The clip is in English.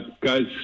Guys